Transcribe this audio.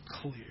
clear